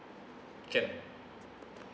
can